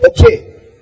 Okay